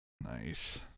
Nice